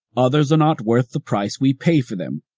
others are not worth the price we pay for them.